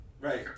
Right